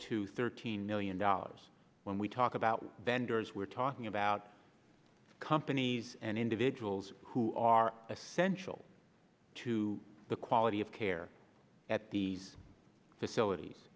to thirteen million dollars when we talk about vendors we're talking about companies and individuals who are essential to the quality of care at these facilities